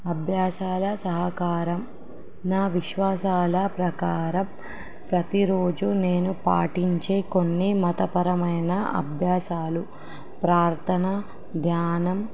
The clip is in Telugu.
అభ్యాసాల సహకారం నా విశ్వాసాల ప్రకారం ప్రతిరోజు నేను పాటించే కొన్ని మతపరమైన అభ్యాసాలు ప్రార్థన ధ్యానం